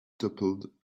toppled